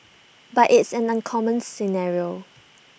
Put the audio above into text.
but it's an uncommon scenario